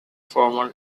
former